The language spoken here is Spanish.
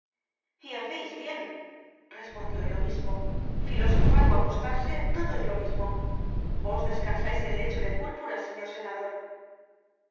y haceis bien respondió el obispo filosofal ú acostarse todo es lo mismo vos descansais en lecho de púrpura señor senador el